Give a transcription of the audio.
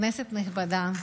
כנסת נכבדה,